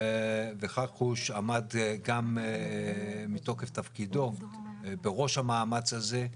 וחכרוש עמד גם מתוקף תפקידו בראש המאמץ הזה,